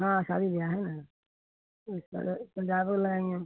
हाँ शादी बियाह है ना लाएँगे